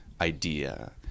idea